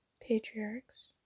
patriarchs